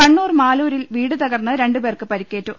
കണ്ണൂർ മാലൂരിൽ വീട് തകർന്ന് രണ്ട് പേർക്ക് പരിക്കേറ്റു